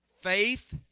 Faith